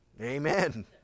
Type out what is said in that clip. Amen